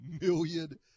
million